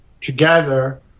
together